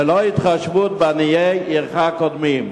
ללא התחשבות ב"עניי עירך קודמים".